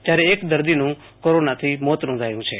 જયારે એક દર્દીનું કોરોનાથી મોત નોંધાયું છે